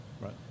Right